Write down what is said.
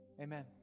Amen